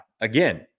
Again